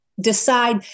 decide